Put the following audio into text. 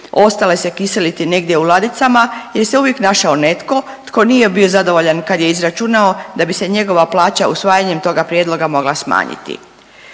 ostale se kiseliti negdje u ladicama jer se uvijek našao netko tko nije bio zadovoljan kad je izračunao da bi se njegova plaća usvajanjem toga prijedloga mogla smanjiti.